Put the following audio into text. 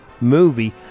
movie